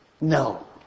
No